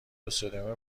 استادیوم